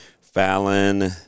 Fallon